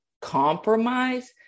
compromise